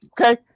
okay